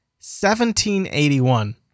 1781